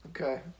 Okay